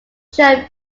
show